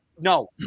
No